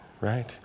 right